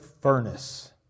furnace